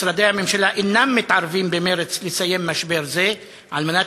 ומשרדי הממשלה אינם מתערבים במרץ לסיים משבר זה על מנת